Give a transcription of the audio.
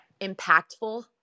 impactful